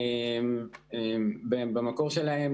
במקום שלהם,